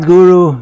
Guru